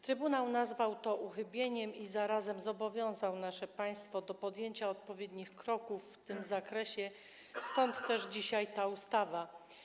Trybunał nazwał to uchybieniem i zarazem zobowiązał nasze państwo do podjęcia odpowiednich kroków w tym zakresie, stąd też dzisiaj ta ustawa.